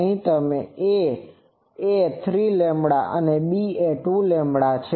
અહી 'a' એ 3 છે અને 'b' એ 2 છે